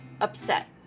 upset